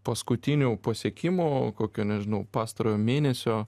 paskutinių pasiekimų kokio nežinau pastarojo mėnesio